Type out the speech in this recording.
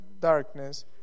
darkness